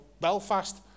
Belfast